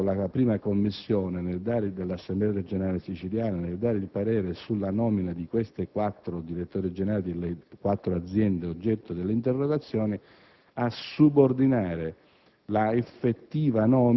il che ha portato la prima Commissione dell'Assemblea regionale siciliana, nel dare il parere sulla nomina di questi direttori generali delle quattro aziende, oggetto dell'interpellanza, a subordinare